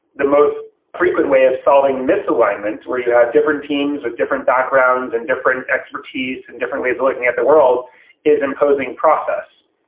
the most frequent way of solving misalignment where you have different teams with different backgrounds and different expertise and different ways of looking at the world is imposing process.